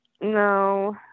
No